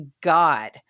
God